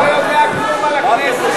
אתה לא יודע כלום על הכנסת.